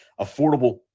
affordable